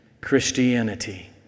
Christianity